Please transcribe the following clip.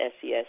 SES